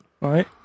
Right